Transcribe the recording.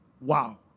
wow